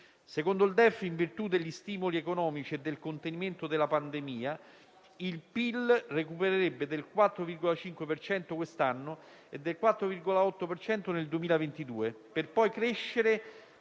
Secondo il DEF, in virtù degli stimoli economici e del contenimento della pandemia, il PIL recupererebbe del 4,5 per cento quest'anno e del 4,8 per cento nel 2022, per poi crescere